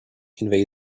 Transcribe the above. invade